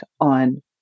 on